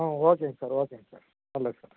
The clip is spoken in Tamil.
ஆ ஓகேங்க சார் ஓகேங்க சார் நல்லது சார்